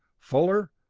fuller,